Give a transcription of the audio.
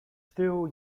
still